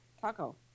Taco